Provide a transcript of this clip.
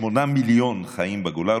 8 מיליון חיים בגולה,